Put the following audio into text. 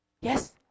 Yes